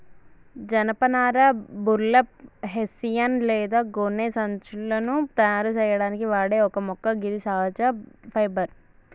జనపనార burlap, hessian లేదా గోనె సంచులను తయారు సేయడానికి వాడే ఒక మొక్క గిది సహజ ఫైబర్